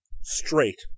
straight